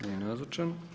Nije nazočan.